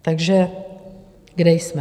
Takže kde jsme?